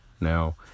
Now